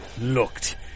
looked